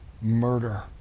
murder